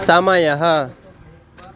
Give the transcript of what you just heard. समयः